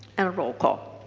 and a roll call.